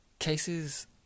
Cases